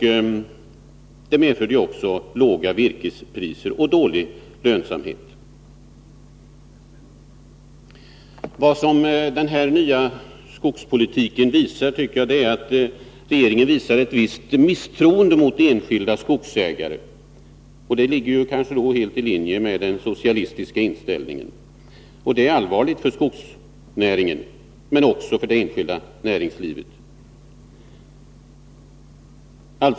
Detta medförde också låga virkespriser och dålig lönsamhet. Jag anser att regeringen med denna nya skogspolitik visar ett visst misstroende mot enskilda skogsägare, och det ligger kanske helt i linje med den socialistiska inställningen. Det är allvarligt för skogsnäringen, men också för det enskilda näringslivet.